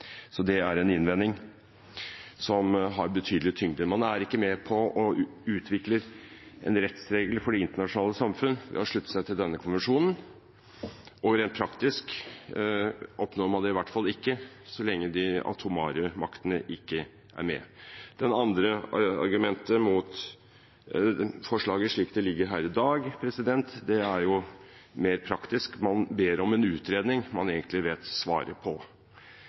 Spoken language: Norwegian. Det er en innvending som har betydelig tyngde. Man er ikke med på å utvikle en rettsregel for det internasjonale samfunn ved å slutte seg til denne konvensjonen, og rent praktisk oppnår man det i hvert fall ikke så lenge de atomare maktene ikke er med. Det andre argumentet mot forslaget, slik det foreligger her i dag, er mer praktisk: Man ber om en utredning man egentlig vet svaret på.